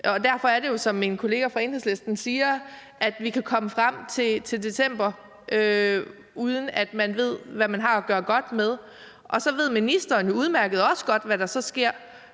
Derfor er det jo, som min kollega fra Enhedslisten siger, at vi kan komme frem til december, uden at man ved, hvad man har at gøre godt med. Så ved ministeren jo udmærket også godt, hvad der så sker.